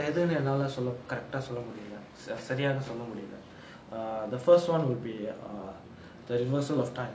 எதுனு என்னால சொல்ல:ethunu ennaala solla correct uh சொல்ல முடியல செரியாக சொல்ல முடியல:solla mudiyala seriyaaga solla mudiyala the first [one] would be err the reversal of time